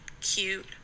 cute